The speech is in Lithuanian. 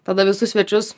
tada visus svečius